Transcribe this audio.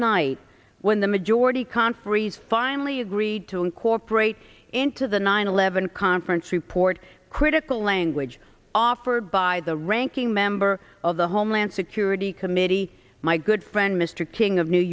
night when the majority conferees finally agreed to incorporate into the nine eleven conference report critical language offered by the ranking member of the homeland security committee my good friend mr king of new